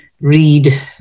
read